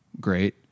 great